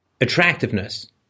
attractiveness